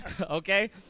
Okay